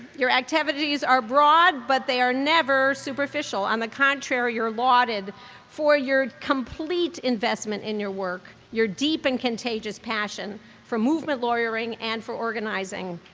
your activities are broad but they are never superficial. superficial. on the contrary, you're lauded for your complete investment in your work, your deep and contagious passion for movement lawyering and for organizing.